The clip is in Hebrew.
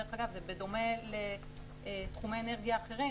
זה בדומה לתחומי אנרגיה אחרים,